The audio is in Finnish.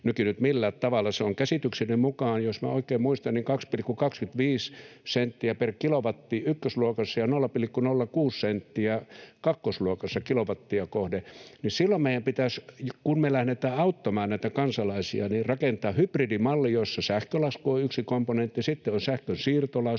nykinyt millään tavalla, se on käsitykseni mukaan, jos minä oikein muistan, 2,25 senttiä per kilowatti ykkösluokassa ja 0,06 senttiä kakkosluokassa kilowattia kohden — niin meidän pitäisi, kun me lähdetään auttamaan näitä kansalaisia, rakentaa hybridimalli, jossa sähkölasku on yksi komponentti, sitten on sähkön siirtolasku